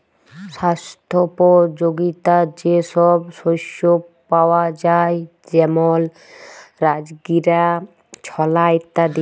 স্বাস্থ্যপ যগীতা যে সব শস্য পাওয়া যায় যেমল রাজগীরা, ছলা ইত্যাদি